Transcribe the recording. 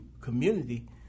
community